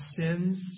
sins